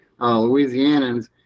Louisianans